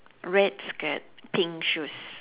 red skirt pink shoes